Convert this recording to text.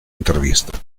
interviste